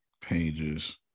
pages